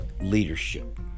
leadership